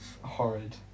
Horrid